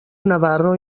navarro